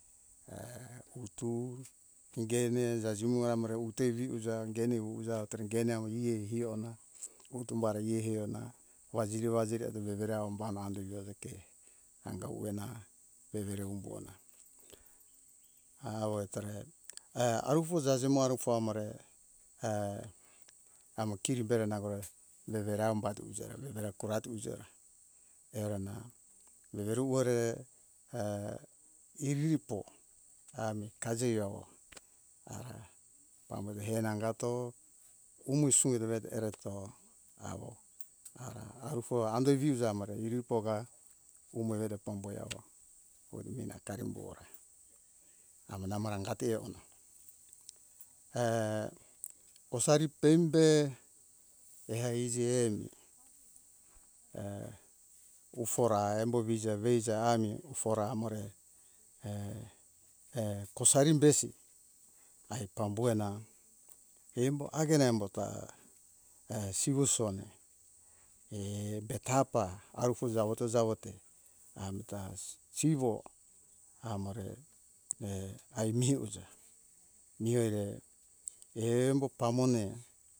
Eh utu ingene jajemo amore ute vihuja ingene wuhuja. Tiringene awo iye iona utumware i heona wazire wazire vevera aombahona andi veveke angahuena vevere umbona au etore e aruvu zazemo arufo amore amokiri vere nagore vevera ambatusa vevera kora tusera erena veveruwore iriripo ami kazirawo amore hernangato umo su edore ereto awo a arufo andeviuza amore iripoga umo rere pomboi awo oremina karembora amo namaranga tehona kosaritembe eha izieh ufora embo viza veiza ami ufora amore kosarimbesi ae pambuhena embo hagen embo ta e siwo sona embe tapa arufo zawoto zawote amta siwo amore e aimihiuza mi here embo pamone